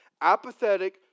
apathetic